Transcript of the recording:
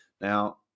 Now